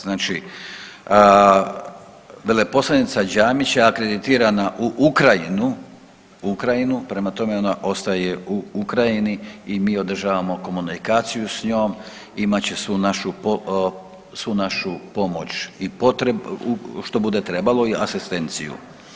Znači veleposlanica Đamić je akreditirana u Ukrajinu, prema tome ona ostaje u Ukrajini i mi održavamo komunikaciju s njom, imat će svu našu pomoć i što bude trebalo, asistenciju.